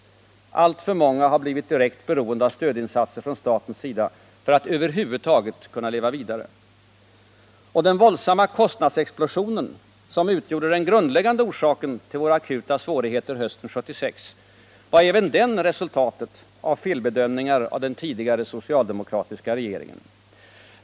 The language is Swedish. Alltför många har blivit direkt beroende av stödinsatser från statens sida för att över huvud taget kunna leva vidare. Den våldsamma kostnadsexplosionen, som utgjorde den grundläggande orsaken till våra akuta svårigheter hösten 1976, var även den ett resultat av felbedömningar av den tidigare socialdemokratiska regeringen.